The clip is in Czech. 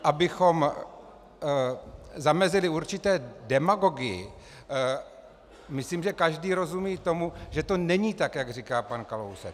Abychom zamezili určité demagogii, myslím, že každý rozumí tomu, že to není tak, jak říká pan Kalousek.